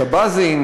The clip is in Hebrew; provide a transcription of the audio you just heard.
שבזי,